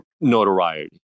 notoriety